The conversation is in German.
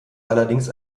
allerdings